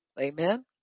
Amen